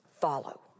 follow